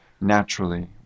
naturally